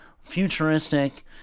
futuristic